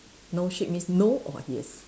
no shit means no or yes